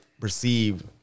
perceive